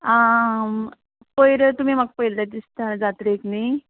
आं पयर तुमी म्हाका पळयल्लें दिसता जात्रेक न्ही